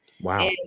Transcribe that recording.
wow